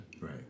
right